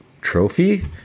trophy